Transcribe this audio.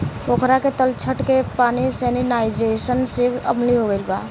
पोखरा के तलछट के पानी सैलिनाइज़ेशन से अम्लीय हो गईल बा